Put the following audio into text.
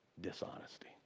dishonesty